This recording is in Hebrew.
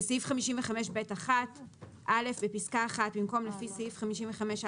"(12א)בסעיף 55ב1 - (א)בפסקה (1) במקום "לפי סעיף 55א1"